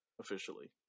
officially